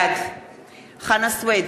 בעד חנא סוייד,